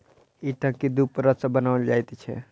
ई टंकी दू परत सॅ बनाओल जाइत छै